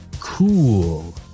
cool